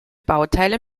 bauteile